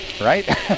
right